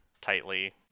tightly